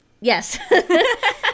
Yes